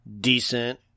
decent